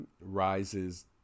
rises